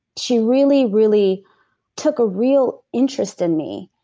she really, really took a real interest in me,